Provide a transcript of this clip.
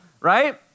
right